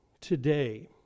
today